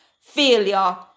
failure